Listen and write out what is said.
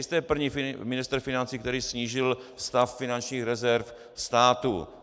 Nejste první ministr financí, který snížil stav finančních rezerv státu.